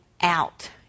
out